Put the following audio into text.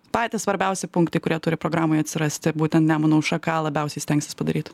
patys svarbiausi punktai kurie turi programai atsirasti būtent nemuno šaka labiausiai stengsis padaryti